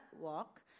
walk